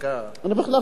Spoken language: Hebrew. בכלל, אם יש הצדקה, נכון.